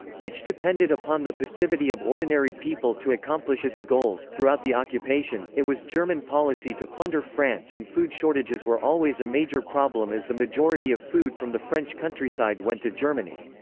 which depended upon the passivity of ordinary people to accomplish its goals throughout the occupation, it was german policy to plunder france and food shortages were always a major problem as the majority of food from the french countryside went to germany.